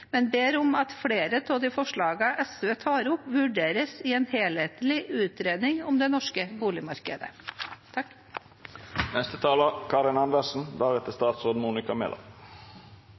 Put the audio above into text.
men ber om at flere av de forslagene SV tar opp, vurderes i en helhetlig utredning om det norske boligmarkedet.